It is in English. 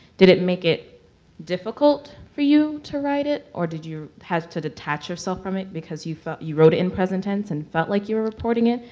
did it make it difficult for you to write it or did you have to detach yourself from it, because you felt you wrote it in present tense and felt like you were reporting it?